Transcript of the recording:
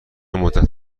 مدت